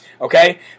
okay